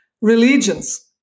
religions